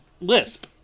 lisp